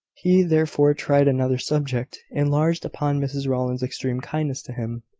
he therefore tried another subject, enlarged upon mrs rowland's extreme kindness to him,